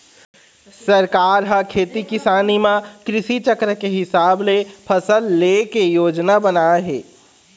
सरकार ह खेती किसानी म कृषि चक्र के हिसाब ले फसल ले के योजना बनाए हे